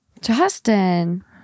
Justin